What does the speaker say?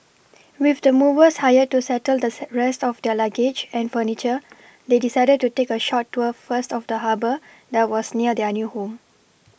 with the movers hired to settle the set rest of their luggage and furniture they decided to take a short tour first of the Harbour that was near their new home